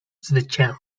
zwycięży